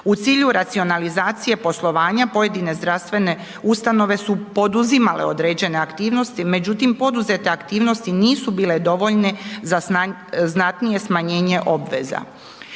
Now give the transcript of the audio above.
U cilju racionalizacije poslovanja pojedine zdravstvene ustanove su poduzimale određene aktivnosti, međutim, poduzete aktivnosti nisu bile dovoljne za znatnije smanjenje obveza.